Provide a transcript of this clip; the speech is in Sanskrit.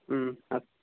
हूं अस्तु